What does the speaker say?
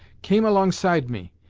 came alongside me.